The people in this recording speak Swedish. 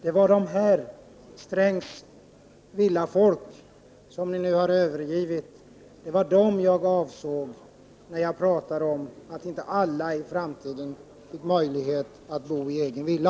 Det är detta Strängs villafolk som ni nu har övergivit. Det var dem jag avsåg när jag talade om att inte alla i framtiden fick möjlighet att bo i egen villa.